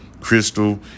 Crystal